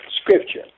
Scripture